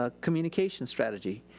ah communication strategy.